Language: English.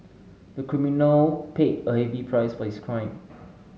the criminal paid a heavy price for his crime